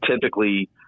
typically